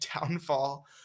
downfall